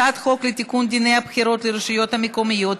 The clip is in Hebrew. הצעת חוק לתיקון דיני הבחירות לרשויות המקומיות,